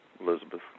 Elizabeth